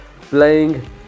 playing